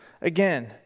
again